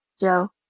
joe